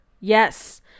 Yes